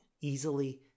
easily